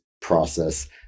process